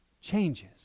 changes